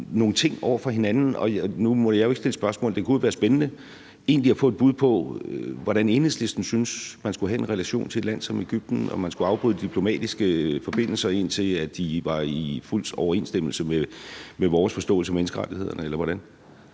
nogle ting over for hinanden. Nu må jeg ikke stille spørgsmål, men det kunne jo være spændende egentlig at få et bud på, hvordan Enhedslisten synes man skulle have en relation til et land som Egypten – om man skulle afbryde de diplomatiske forbindelser, indtil de var i fuld overensstemmelse med vores forståelse af menneskerettighederne, eller hvordan.